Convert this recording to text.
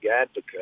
advocate